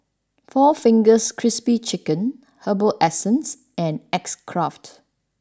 four Fingers Crispy Chicken Herbal Essences and X Craft